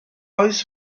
oes